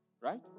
Right